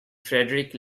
frederic